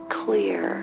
clear